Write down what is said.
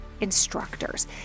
instructors